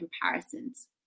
comparisons